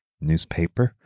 newspaper